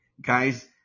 guys